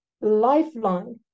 lifeline